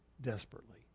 desperately